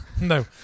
No